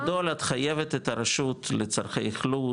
בגדול את חייבת את הרשות לצרכי אכלוס,